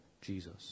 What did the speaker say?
Jesus